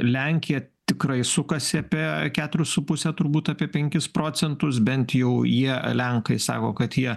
lenkija tikrai sukasi apie keturis su puse turbūt apie penkis procentus bent jau jie lenkai sako kad jie